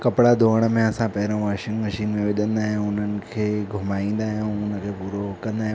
कपड़ा धुअण में असां पहिरियों वॉशिंग मशीन में विझंदा आहियूं उन्हनि खे घुमाईंदा आहियूं उन खे पूरो उहो कंदा आहियूं